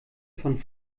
von